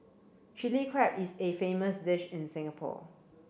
Chilli Crab is a famous dish in Singapore